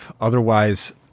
Otherwise